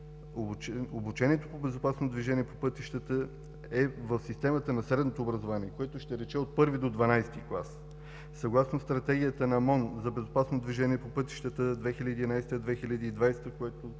обучението по „Безопасно движение по пътищата“ е в системата на средното образование, което ще рече от I до XII клас. Съгласно Стратегията на МОН за безопасно движение по пътищата, 2011 – 2020, което